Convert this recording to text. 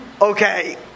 okay